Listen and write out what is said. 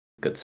Good